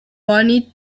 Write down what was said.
barney